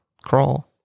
crawl